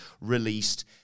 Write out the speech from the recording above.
released